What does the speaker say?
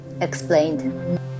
Explained